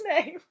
name